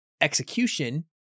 execution